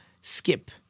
skip